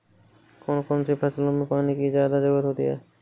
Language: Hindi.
कौन कौन सी फसलों में पानी की ज्यादा ज़रुरत होती है?